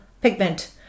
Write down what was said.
pigment